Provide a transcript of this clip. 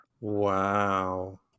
Wow